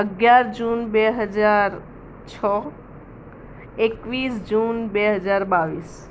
અગિયાર જૂન બે હજાર છ એકવીસ જૂન બે હજાર બાવીસ